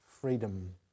freedom